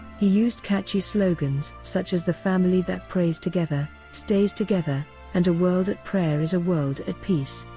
he used catchy slogans such as the family that prays together stays together and a world at prayer is a world at peace.